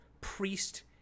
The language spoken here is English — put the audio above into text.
priest